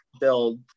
build